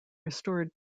restored